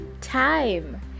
time